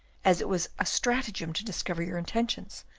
as it was a stratagem to discover your intentions.